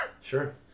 Sure